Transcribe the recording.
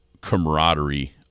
camaraderie